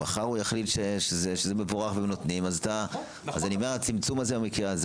מחר הוא יחליט שזה מבורך אז הצמצום במקרה הזה